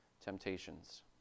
temptations